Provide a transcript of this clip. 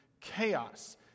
chaos